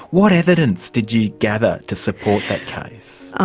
what evidence did you gather to support that case?